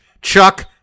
Chuck